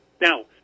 Now